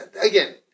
Again